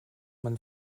man